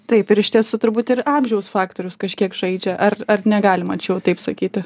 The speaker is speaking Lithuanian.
taip ir iš tiesų turbūt ir amžiaus faktorius kažkiek žaidžia ar ar negalima čia jau taip sakyti